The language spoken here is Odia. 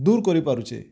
ଦୂର୍ କରିପାରୁଛେ